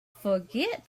forget